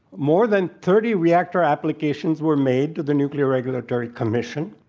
more than thirty reactor applications were made to the nuclear regulatory commission.